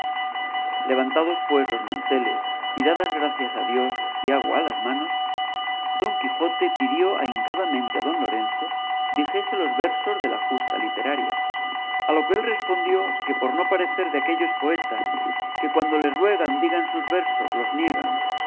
levantados pues los manteles y dadas gracias a dios y agua a las manos don quijote pidió ahincadamente a don lorenzo dijese los versos de la justa literaria a lo que él respondió que por no parecer de aquellos poetas que cuando les ruegan digan sus versos los niegan